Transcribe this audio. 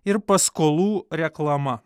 ir paskolų reklama